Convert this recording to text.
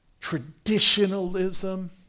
traditionalism